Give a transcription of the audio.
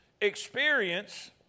experience